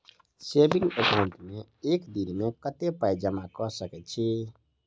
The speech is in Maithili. सेविंग एकाउन्ट मे एक दिनमे कतेक पाई जमा कऽ सकैत छी?